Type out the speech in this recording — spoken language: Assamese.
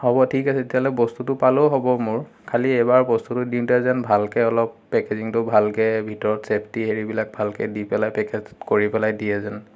হ'ব ঠিক আছে তেতিয়াহ'লে বস্তুটো পালেও হ'ব মোৰ খালী এবাৰ বস্তুটো দিওঁতে যেন ভালকে অলপ পেকেজিংটো ভালকে ভিতৰত ছেফটি হেৰিবিলাক ভালকে দি পেলাই পেকেট কৰি পেলাই দিয়ে যেন